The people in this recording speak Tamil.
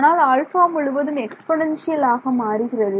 ஆனால் ஆல்பா முழுவதும் எக்ஸ்போனன்ஷியல் ஆக மாறுகிறது